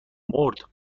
مرد